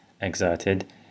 exerted